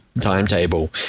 timetable